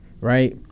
right